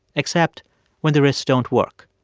except when the risks don't work.